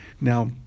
Now